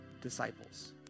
disciples